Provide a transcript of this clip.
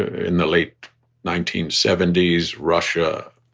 in the late nineteen seventy s, russia,